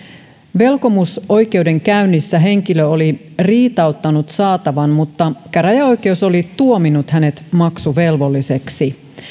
velkomusoikeudenkäynnissä henkilö oli riitauttanut saatavan mutta käräjäoikeus oli tuominnut hänet maksuvelvolliseksi